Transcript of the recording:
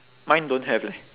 mine don't have leh